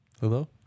Hello